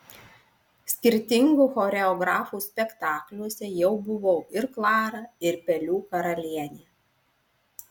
skirtingų choreografų spektakliuose jau buvau ir klara ir pelių karalienė